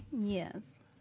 Yes